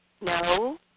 no